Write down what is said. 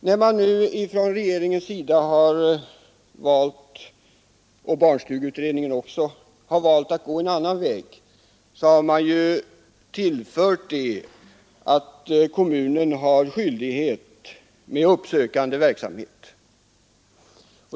När nu barnstugeutredningen och regeringen har valt att gå en annan väg har man lagt till skyldighet för kommunen att bedriva uppsökande verksamhet.